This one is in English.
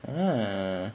uh